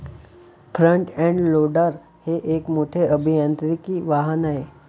front end loader हे एक मोठे अभियांत्रिकी वाहन आहे